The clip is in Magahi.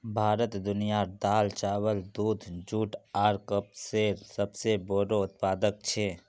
भारत दुनियार दाल, चावल, दूध, जुट आर कपसेर सबसे बोड़ो उत्पादक छे